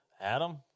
Adam